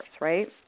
right